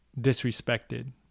disrespected